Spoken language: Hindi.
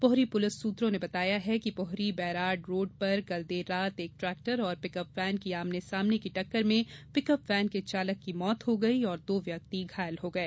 पोहरी पुलिस सूत्रों ने बताया कि पोहरी बैराड रोड पर कल देर रात एक ट्रैक्टर और पिकअप वैन की आमने सामने की टक्कर में पिकअप वैन के चालक की मौत हो गई और दो व्यक्ति घायल हो गए